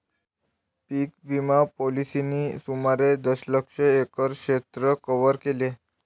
पीक विमा पॉलिसींनी सुमारे दशलक्ष एकर क्षेत्र कव्हर केले